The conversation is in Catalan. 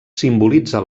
simbolitza